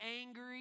angry